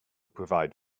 provide